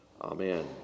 Amen